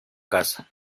casa